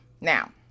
Now